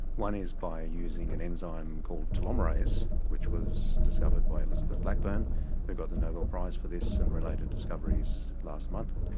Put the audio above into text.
one is by using an enzyme called telomerase which was discovered by elizabeth blackburn who got the nobel prize for this and related discoveries last month.